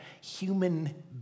human